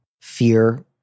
fear